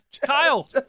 Kyle